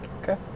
Okay